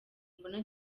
mbona